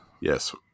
Yes